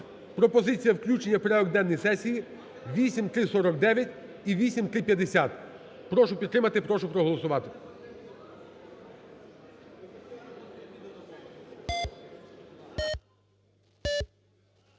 пропозиція включення в порядок денний сесії 8349 і 8350. Прошу підтримати. Прошу проголосувати.